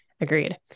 agreed